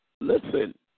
Listen